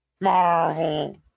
Marvel